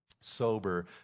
sober